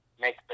make